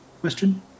question